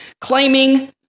claiming